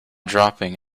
dropping